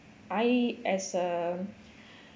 I as a